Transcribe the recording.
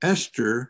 Esther